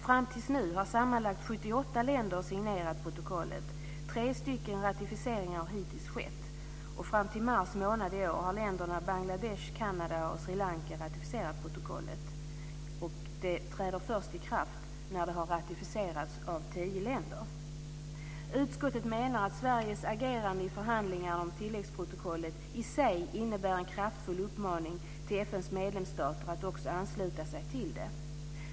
Fram till nu har sammanlagt 78 länder signerat protokollet. Tre stycken ratificeringar har hittills skett. Fram till mars månad i år har länderna Bangladesh, Kanada och Sri Lanka ratificerat protokollet. Det träder i kraft först när det har ratificerats av tio länder. Utskottet menar att Sveriges agerande i förhandlingarna om tilläggsprotokollet i sig innebär en kraftfull uppmaning till FN:s medlemsstater att också ansluta sig till det.